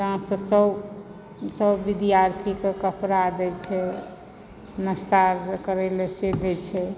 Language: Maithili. तहनसँ सभ सभ विद्यार्थीकऽ कपड़ा दैत छै नस्ता अर करयलऽ से दैत छै